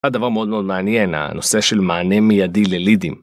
הדבר מאוד מאוד מעניין, הנושא של מענה מיידי ללידים.